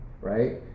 right